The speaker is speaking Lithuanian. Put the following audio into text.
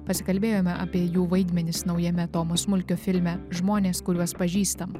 pasikalbėjome apie jų vaidmenis naujame tomo smulkio filme žmonės kuriuos pažįstam